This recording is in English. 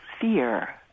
fear